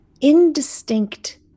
indistinct